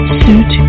suit